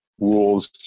rules